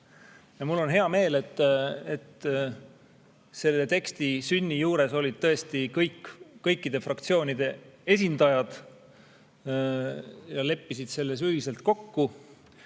Mul on hea meel, et selle teksti sünni juures olid tõesti kõikide fraktsioonide esindajad, kes leppisid selles ühiselt kokku.